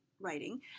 writing